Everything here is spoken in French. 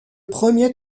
premier